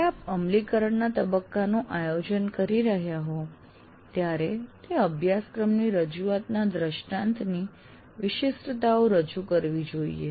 જ્યારે આપ અમલીકરણના તબક્કાનું આયોજન કરી રહ્યા હોવ ત્યારે તે અભ્યાસક્રમની રજુઆતના દ્રષ્ટાંતની વિશિષ્ટતાઓ રજૂ કરવી જોઈએ